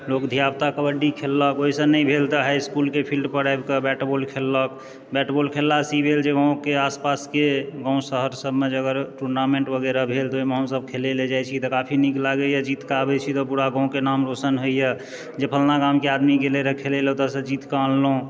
लोक धियापुता कबड्डी खेललक ओहिसँ नहि भेल तऽ हाई इसकुलके फील्ड पर आबिकऽ बैट बॉल खेललक बैट बॉल खेललासँ ई भेल जे गाँवके आसपासके गाँव शहर सबँमे जे अगर टूर्नामेंट वगैरह भेल तऽ ओहिमे हमसब खेलै लए जाइत छी तऽ काफी नीक लागैए जीत कऽ आबै छी तऽ पूरा गाँवके नाम रोशन होइए जे फलना गामके आदमी गेलै रहऽ खेलै लए ओतसँ जीत कऽ आनलहुँ